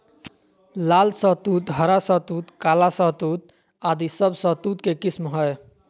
लाल शहतूत, हरा शहतूत, काला शहतूत आदि सब शहतूत के किस्म हय